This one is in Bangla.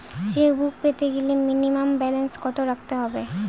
চেকবুক পেতে গেলে মিনিমাম ব্যালেন্স কত রাখতে হবে?